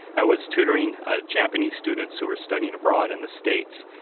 i was tutoring ah japanese students who were studying abroad in the states.